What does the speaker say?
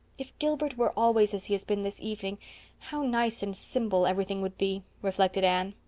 if gilbert were always as he has been this evening how nice and simple everything would be, reflected anne.